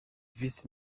visi